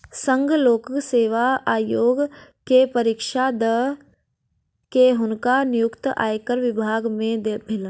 संघ लोक सेवा आयोग के परीक्षा दअ के हुनकर नियुक्ति आयकर विभाग में भेलैन